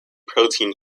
protein